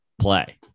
play